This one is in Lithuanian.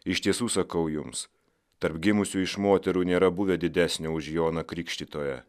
iš tiesų sakau jums tarp gimusių iš moterų nėra buvę didesnio už joną krikštytoją